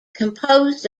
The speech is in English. composed